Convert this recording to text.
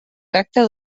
tracta